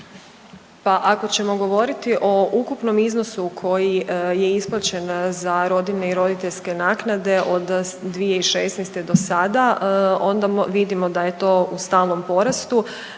Pa ako ćemo govoriti o ukupnom iznosu koji je isplaćen za rodiljne i roditeljske naknade od 2016. do sada, onda vidimo da je to u stalnom porastu.